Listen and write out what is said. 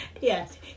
Yes